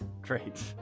Great